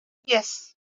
yes